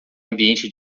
ambiente